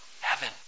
heaven